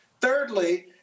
Thirdly